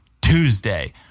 Tuesday